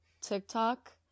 TikTok